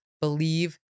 believe